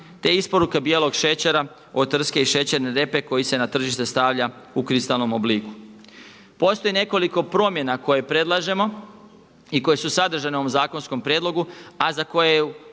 te isporuke bijelog šećera od trske i šećerne repe koji se na tržište stavlja u kristalnom obliku. Postoji nekoliko promjena koje predlažemo i koje su sadržane u ovom zakonskom prijedlogu a za koje